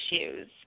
issues